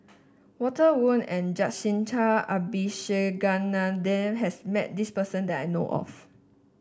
Walter Woon and Jacintha Abisheganaden has met this person that I know of